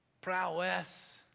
prowess